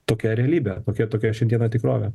tokia realybė tokia tokia šių dienų tikrovė